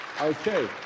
Okay